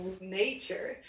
nature